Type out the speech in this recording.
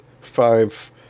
five